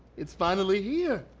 it's finally here!